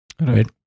Right